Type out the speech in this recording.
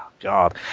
God